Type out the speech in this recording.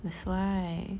that's why